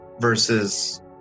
versus